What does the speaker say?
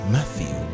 Matthew